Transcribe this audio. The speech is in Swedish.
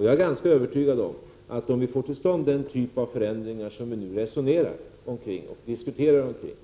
Jag är ganska övertygad om att om vi får till stånd den typ av förändringar som vi nu resonerar och diskuterar omkring,